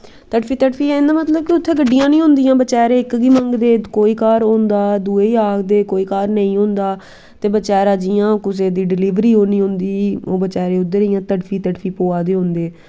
तड़फी तड़फी इंदा मतलव कि उत्थै गड्डियां नी होंदियां इक गी मंगदे कोई घर होंदा दुए आखदे कोई घर नेंई होंदा ते बचारा जियां कुसै दी डलिवरी होनी होंदी ओह् बचैरी उध्दर तड़फी तड़फी पवा दी होंदी